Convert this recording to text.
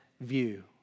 view